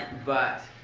but